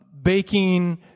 baking